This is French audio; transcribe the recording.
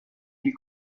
ils